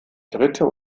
dritte